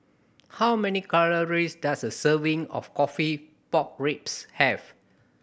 how many calories does a serving of coffee pork ribs have